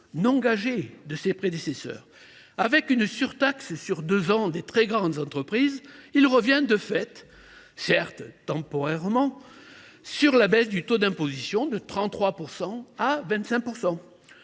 non gagées par ses prédécesseurs. Avec une surtaxe sur deux ans des très grandes entreprises, il revient de fait, certes temporairement, sur la baisse de 33 % à 25